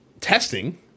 testing